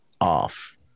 off